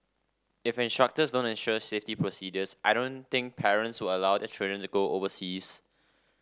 if instructors don't ensure safety procedures I don't think parents will allow their children to go overseas